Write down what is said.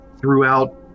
throughout